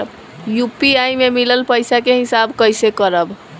UPI से मिलल पईसा के हिसाब कइसे करब?